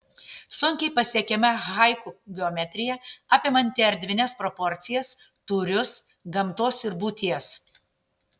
sunkiai pasiekiama haiku geometrija apimanti erdvines proporcijas tūrius gamtos ir būties